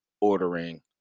ordering